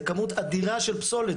זה כמות אדירה של פסולת,